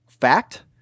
fact